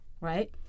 Right